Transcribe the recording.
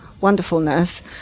wonderfulness